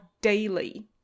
daily